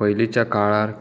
पयलींच्या काळार